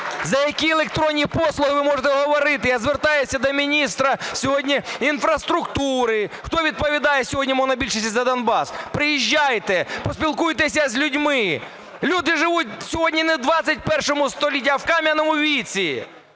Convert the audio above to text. За які електронні послуги ви можете говорити? Я звертаюся до міністра сьогодні інфраструктури. Хто відповідає сьогодні з монобільшості за Донбас? Приїжджайте, поспілкуйтеся з людьми. Люди живуть сьогодні не в ХХІ столітті, а в кам'яному віці.